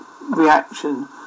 reaction